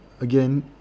again